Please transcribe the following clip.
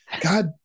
God